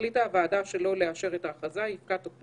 השאלה אם הוועדה חייבת לדון בכל הכרזה והכרזה,